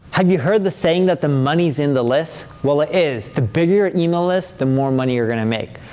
have you heard the saying that the money's in the list? well, it is. the bigger your email list, the more money you're gonna make,